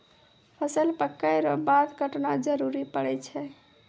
फसल पक्कै रो बाद काटना जरुरी पड़ै छै